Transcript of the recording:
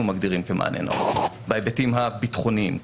מגדירים כמענה נאות בהיבטים הביטחוניים,